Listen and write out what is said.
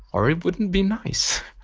or it wouldn't be nice.